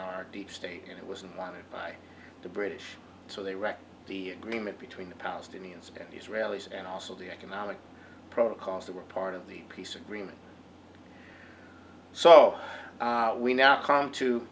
our deep state and it wasn't wanted by the british so they wrecked the agreement between the palestinians and the israelis and also the economic protocols that were part of the peace agreement so we now come to